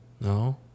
No